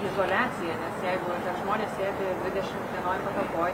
izoliaciją nes jeigu ten žmonės sėdi dvidešimt vienoj patalpoj